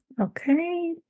okay